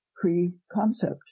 pre-concept